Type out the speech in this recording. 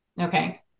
okay